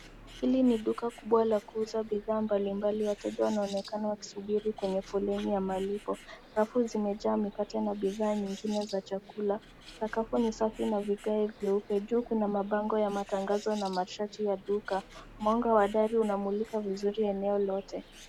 Hili ni duka la kuuza bidhaa mbalimbali. Wateja wanaonekana wakisubiri kwenye foleni ya malipo. Rafu zimejaa mikate na bidhaa nyingine za chakula. Sakafu ni safi na vigae vyeupe. Juu kuna mabango ya matangazo na masharti ya duka. Mwanga wa dari unamulika vizuri eneo lote.